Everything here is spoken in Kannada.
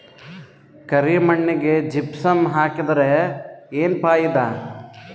ಕರಿ ಮಣ್ಣಿಗೆ ಜಿಪ್ಸಮ್ ಹಾಕಿದರೆ ಏನ್ ಫಾಯಿದಾ?